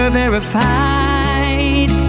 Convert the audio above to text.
verified